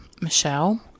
Michelle